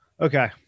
Okay